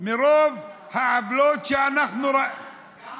מרוב העוולות שאנחנו, גם